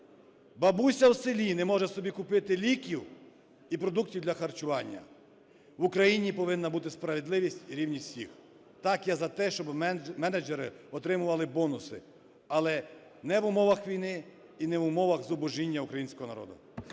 бабуся в селі не може собі купити ліків і продуктів для харчування, в Україні повинна бути справедливість і рівність всіх. Так, я за те, щоб менеджери отримували бонуси, але не в умовах війни і не в умовах зубожіння українського народу.